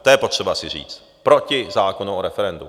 To je potřeba si říct proti zákonu o referendu.